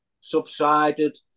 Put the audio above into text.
subsided